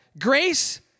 Grace